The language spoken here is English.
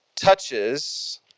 touches